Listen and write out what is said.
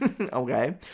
okay